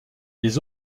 les